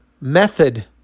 method